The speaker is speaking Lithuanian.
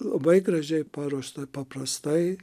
labai gražiai paruošta paprastai